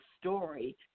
story